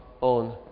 on